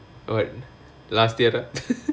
what last year ah